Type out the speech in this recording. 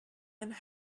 and